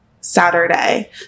Saturday